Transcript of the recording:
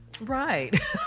Right